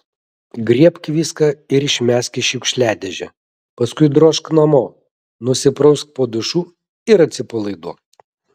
griebk viską ir išmesk į šiukšliadėžę paskui drožk namo nusiprausk po dušu ir atsipalaiduok